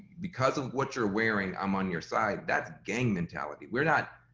because of what you're wearing, i'm on your side, that's gang mentality. we're not,